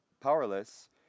powerless